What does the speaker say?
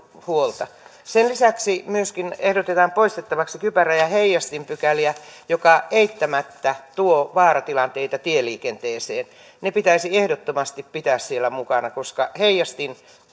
huolta sen lisäksi myöskin ehdotetaan poistettavaksi kypärä ja heijastinpykäliä mikä eittämättä tuo vaaratilanteita tieliikenteeseen ne pitäisi ehdottomasti pitää siellä mukana koska heijastin